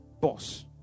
boss